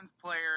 player